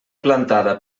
plantada